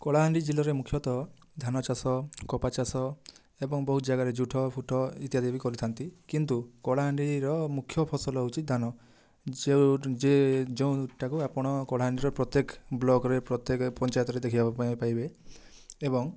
କଳାହାଣ୍ଡି ଜିଲ୍ଲାରେ ମୁଖ୍ୟତଃ ଧାନଚାଷ କପାଚାଷ ଏବଂ ବହୁତ ଜାଗାରେ ଝୋଟ ଫୋଟ ଇତ୍ୟାଦି ବି କରିଥାନ୍ତି କିନ୍ତୁ କଳାହାଣ୍ଡିର ମୁଖ୍ୟ ଫସଲ ହଉଛି ଧାନ ସେ ଯେଉଁଟାକୁ ଆପଣ କଳାହାଣ୍ଡିର ପ୍ରତ୍ୟେକ ବ୍ଲକରେ ପ୍ରତ୍ୟେକ ପଞ୍ଚାୟତରେ ଦେଖିବା ପାଇଁ ପାଇବେ ଏବଂ